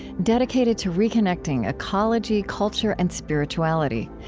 dedicated to reconnecting ecology, culture, and spirituality.